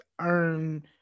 earn